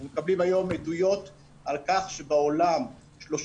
אנחנו מקבלים היום עדויות על כך שבעולם 30